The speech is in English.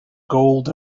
gold